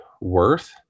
worth